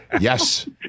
Yes